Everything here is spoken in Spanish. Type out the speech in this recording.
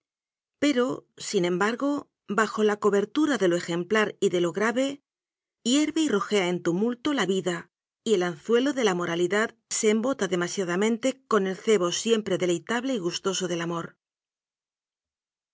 pero sin embargo bajo la cobertura de lo ejemplar y de lo grave hierve y rojea en tumulto la vida y el an zuelo de la moralidad se embota demasiadamen te con el cebo siempre deleitable y gustoso del amor